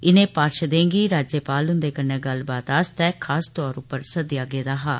इनें पाषर्दे गी राज्यपाल ह्न्दे कन्नै गल्लबात आस्तै खास तौर उप्पर सद्देया गेदा हा